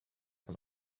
von